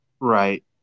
Right